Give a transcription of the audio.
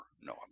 no